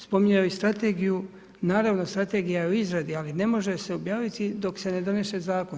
Spominjao je i strategiju, naravno strategija je u izradi, ali ne može se objaviti dok se ne donese zakon.